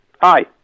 Hi